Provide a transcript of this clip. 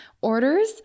orders